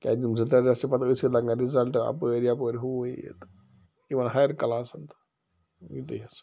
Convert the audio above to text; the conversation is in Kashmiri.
کیٛازِ یِم زٕ ترٛےٚ ریٚتھ چھِ پَتہٕ أتھۍ سۭتۍ لَگان رِزَلٹہٕ اَپٲرۍ یَپٲرۍ ہُو یہِ تہٕ یِمَن ہایَر کلاسَن تہٕ یتُے ہسا